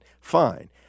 Fine